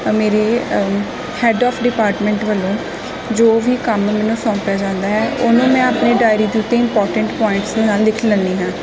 ਮੇਰੇ head of department ਵੱਲੋਂ ਜੋ ਵੀ ਕੰਮ ਮੈਨੂੰ ਸੌਂਪਿਆ ਜਾਂਦਾ ਹੈ ਉਹਨੂੰ ਮੈਂ ਆਪਣੇ ਡਾਇਰੀ ਦੇ ਉੱਤੇ ਇੰਪੋਰਟੈਂਟ ਪੁਆਇੰਟਸ ਦੇ ਨਾਲ ਲਿਖ ਲੈਂਦੀ ਹਾਂ